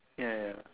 ya ya